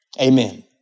amen